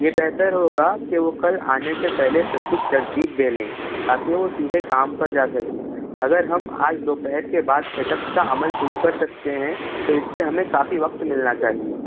یہ بہتر ہوگا کہ وہ کل آنے سے پہلے سب کچھ ترتیب دے لیں تاکہ وہ سیدھے کام پر جا سکیں اگر ہم آج دوپہر کے بعد سیٹ اپ کا عمل شروع کر سکتے ہیں تو اِس سے ہمیں کافی وقت ملنا چاہیے